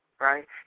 right